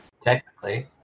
Technically